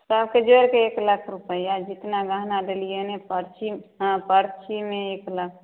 सबके जोड़िकऽ एक लाख रुपैआ जतना गहना देलिए परची हँ परचीमे एक लाख